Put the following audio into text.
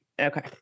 Okay